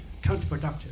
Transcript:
counterproductive